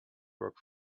work